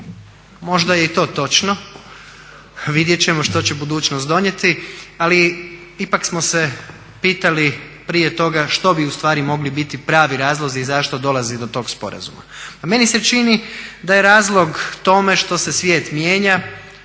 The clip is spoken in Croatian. Možda je i to točno, vidjet ćemo što će budućnost donijeti, ali ipak smo se pitali prije toga što bi ustvari mogli biti pravi razlozi zašto dolazi do tog sporazuma. Pa meni se čini da je razlog tome što se svijet mijenja,